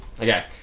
Okay